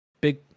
big